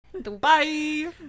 Bye